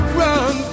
run